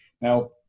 Now